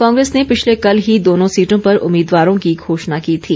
कांग्रेस ने पिछले कल ही दोनों सीटों पर उम्मीदवारों की घोषणा की थी